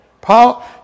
Paul